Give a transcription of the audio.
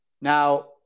Now